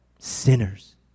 Sinners